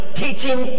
teaching